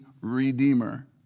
redeemer